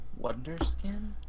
Wonderskin